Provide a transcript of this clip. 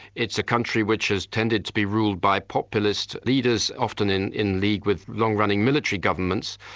it's a country which has tended to be ruled by populist leaders, often in in league with long-running military governments,